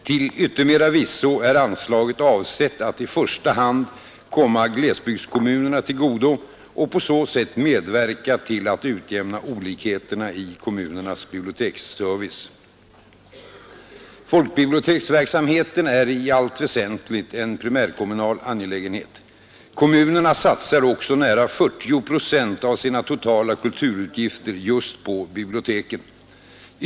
Till yttermera visso är anslaget avsett att i första hand komma glesbygdskommunerna till godo och på så sätt medverka till att utjämna olikheterna i kommunernas biblioteksservice. Folkbiblioteksverksamheten är i allt väsentligt en primärkommunal angelägenhet. Kommunerna satsar också nära 40 procent av sina totala kulturutgifter just på biblioteken.